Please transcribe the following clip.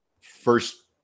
first